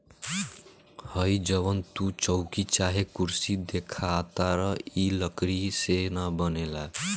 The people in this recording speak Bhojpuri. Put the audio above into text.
हइ जवन तू चउकी चाहे कुर्सी देखताड़ऽ इ लकड़ीये से न बनेला